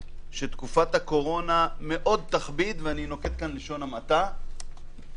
שתקופת הקורונה מאוד תכביד בלשון המעטה,